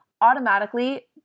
automatically